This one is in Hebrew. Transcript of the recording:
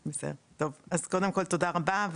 קודם כל, תודה רבה.